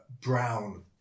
brown